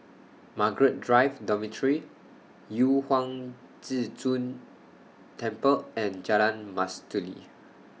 Margaret Drive Dormitory Yu Huang Zhi Zun Temple and Jalan Mastuli